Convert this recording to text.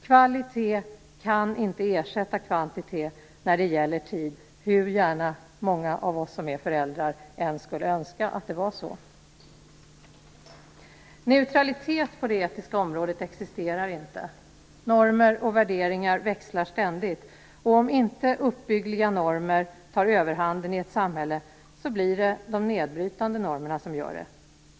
Kvalitet kan inte ersätta kvantitet när det gäller tid, hur gärna många av oss som är föräldrar än skulle önska att det vore så. Neutralitet på det etiska området existerar inte. Normer och värderingar växlar ständigt, och om inte uppbyggliga normer tar överhanden i ett samhälle så blir det de nedbrytande normerna som gör det.